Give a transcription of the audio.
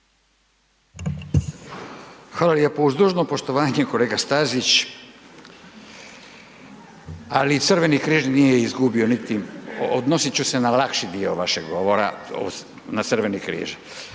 Hvala lijepo, uz dužno poštovanje kolega Stazić, ali Crveni križ nije izgubio niti, odnosit ću se na lakši dio vašeg govora, na crveni križ